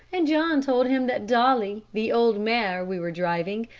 and john told him that dolly, the old mare we were driving,